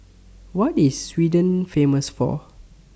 What IS Sweden Famous For